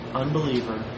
unbeliever